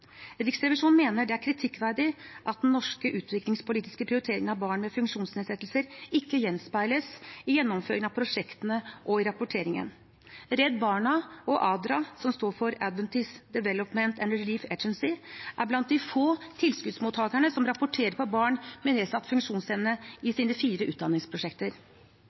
Riksrevisjonen mener det er kritikkverdig at den norske utviklingspolitiske prioriteringen av barn med funksjonsnedsettelser ikke gjenspeiles i gjennomføringen av prosjektene og i rapporteringen. Redd Barna og ADRA, som står for Adventist Development and Relief Agency, er blant de få tilskuddsmottakerne som rapporterer på barn med nedsatt funksjonsevne i sine fire utdanningsprosjekter.